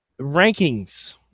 rankings